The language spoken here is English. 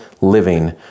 living